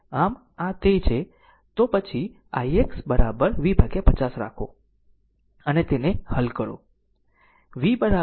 આમ આ તે છે તો પછી ix V 50 રાખો અને તેને હલ કરો